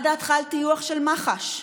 מה דעתך על טיוח של מח"ש?